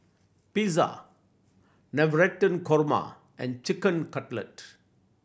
Pizza Navratan Korma and Chicken Cutlet